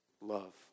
love